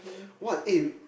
what eh